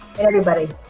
everybody